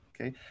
okay